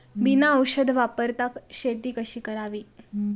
बिना औषध वापरता शेती कशी करावी?